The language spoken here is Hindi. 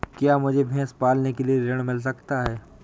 क्या मुझे भैंस पालने के लिए ऋण मिल सकता है?